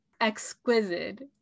Exquisite